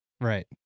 right